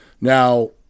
Now